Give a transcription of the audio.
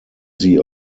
sie